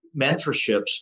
mentorships